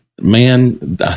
man